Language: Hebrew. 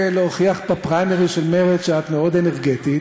האופוזיציה מפריעה לו לתפקד.